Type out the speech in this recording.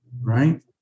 right